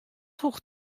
hoecht